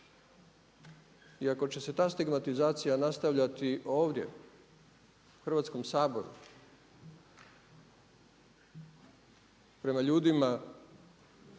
I ako će se ta stigmatizacija nastavljati ovdje u Hrvatskom saboru prema ljudima